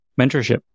mentorship